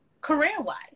career-wise